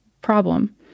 problem